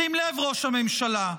שים לב, ראש הממשלה,